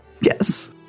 Yes